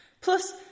Plus